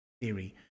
theory